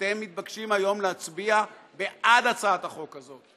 אתם מתבקשים היום להצביע בעד הצעת החוק הזאת.